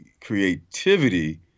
creativity